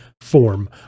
form